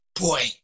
Boy